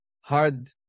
hard